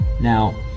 now